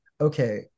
okay